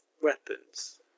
weapons